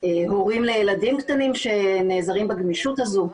הורים לילדים קטנים שנעזרים בגמישות הזו.